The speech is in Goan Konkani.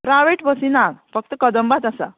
प्रायवेट बसी ना फक्त कदंबात आसा